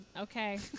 okay